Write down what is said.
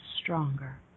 stronger